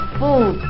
food